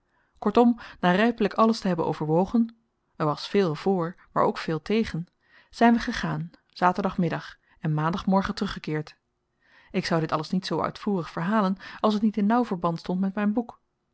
kortom na rypelyk alles te hebben overwogen er was veel vr maar ook veel tegen zyn we gegaan saturdag middag en maandag morgen teruggekeerd ik zou dit alles niet zoo uitvoerig verhalen als t niet in nauw verband stond met myn boek